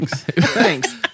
Thanks